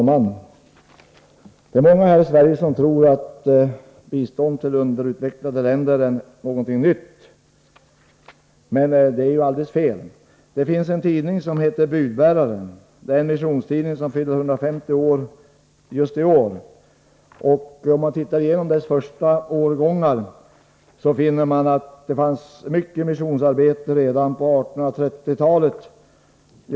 Herr talman! Många här i Sverige tror att bistånd till underutvecklade länder är någonting nytt, men det är alldeles fel. Det finns en tidning som heter Budbäraren. Det är en missionstidning, och den fyller 150 år just i år. Om man läser igenom dess första årgångar finner man att det förekom mycket missionsarbete redan på 1830-talet.